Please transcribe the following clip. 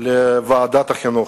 הנושא לוועדת החינוך.